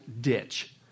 ditch